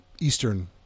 Eastern